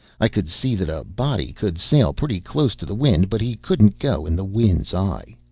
i could see that a body could sail pretty close to the wind, but he couldn't go in the wind's eye.